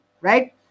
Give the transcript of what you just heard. Right